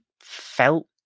felt